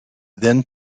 then